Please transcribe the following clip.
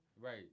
Right